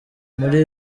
muri